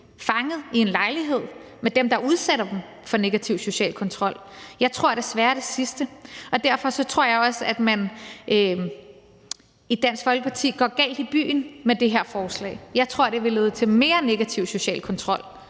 fanget i en lejlighed med dem, der udsætter dem for negativ social kontrol? Jeg tror desværre det sidste, og derfor tror jeg også, at man i Dansk Folkeparti går galt i byen med det her forslag. Jeg tror, det vil lede til mere negativ social kontrol